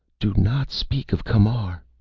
do not speak of camar!